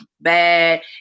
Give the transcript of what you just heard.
bad